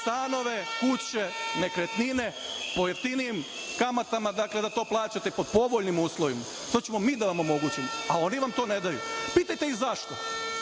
stanove, kuće, nekretnine po jeftinijim kamatama, dakle, da to plaćate po povoljnim uslovima. To ćemo mi da vam omogućimo, a oni vam to ne daju. Pitajte ih zašto?